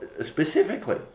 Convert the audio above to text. specifically